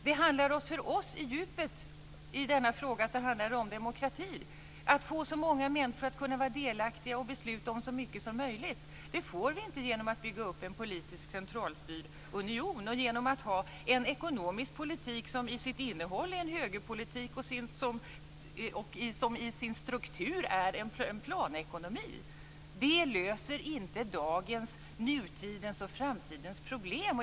Det handlar för oss i djupet i denna fråga om demokrati, att få så många människor att vara delaktiga i och besluta om så mycket som möjligt. Det får vi inte genom att bygga upp en politisk centralstyrd union och genom att ha en ekonomisk politik som i sitt innehåll är en högerpolitik och i sin struktur en planekonomi. Det löser inte dagens, nutidens och framtidens problem.